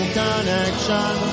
connection